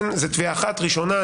זאת תביעה אחת ראשונה,